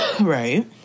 Right